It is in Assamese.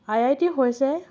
আই আই টি হৈছে